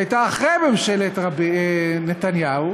שהייתה אחרי ממשלת נתניהו,